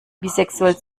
bisexuell